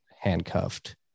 handcuffed